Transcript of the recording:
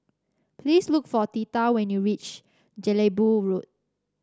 please look for Theta when you reach Jelebu Road